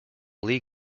lie